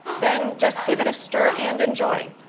then just give it a stir, and enjoy.